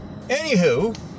Anywho